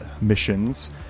missions